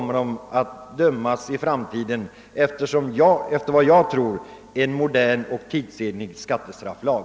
Enligt vad jag tror kommer vederbörande då att dömas efter en helt tidsenlig skattestrafflag.